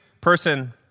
person